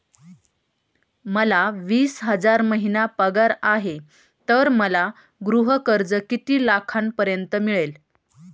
मला वीस हजार महिना पगार आहे तर मला गृह कर्ज किती लाखांपर्यंत मिळेल?